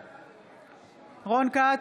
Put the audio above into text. בעד רון כץ,